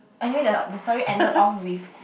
anyway the the story ended off with